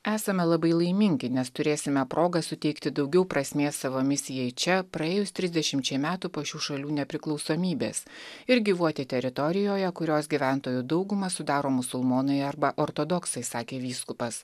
esame labai laimingi nes turėsime progą suteikti daugiau prasmės savo misijai čia praėjus trisdešimčiai metų po šių šalių nepriklausomybės ir gyvuoti teritorijoje kurios gyventojų daugumą sudaro musulmonai arba ortodoksai sakė vyskupas